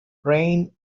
rained